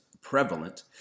prevalent